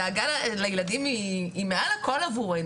דאגה לילדים היא מעל הכול עבורנו.